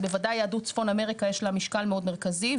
בוודאי יהדות צפון אמריקה יש לה משקל מאוד מרכזי.